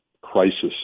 crisis